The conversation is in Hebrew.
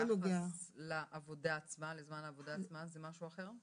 ביחס לעבודה עצמה, זמן עבודה עצמה, זה משהו אחר?